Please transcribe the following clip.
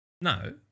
No